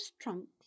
trunks